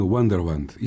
Wonderland